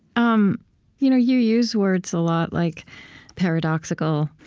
um you know you use words a lot like paradoxical,